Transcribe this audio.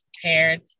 prepared